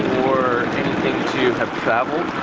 for anything to have traveled